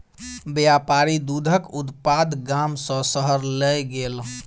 व्यापारी दूधक उत्पाद गाम सॅ शहर लय गेल